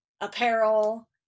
apparel